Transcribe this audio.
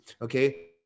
Okay